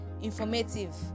informative